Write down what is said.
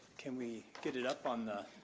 can we get it up on the?